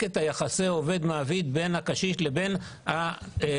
את יחסי עובד-מעביד בין הקשיש לבין המטפל.